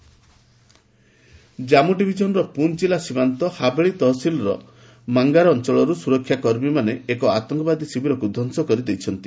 JK terror Jammu ଡିଭିଜନର ପୁଞ୍ଚ୍ ଜିଲ୍ଲା ସୀମାନ୍ତ ହାହେଳି ତହସିଲର ମାଙ୍ଗାର ଅଞ୍ଚଳରୁ ସୁରକ୍ଷା କର୍ମୀମାନେ ଏକ ଆତଙ୍କବାଦୀ ଶିବିରକୁ ଧ୍ୱଂସ କରିଦେଇଛନ୍ତି